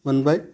मोनबाय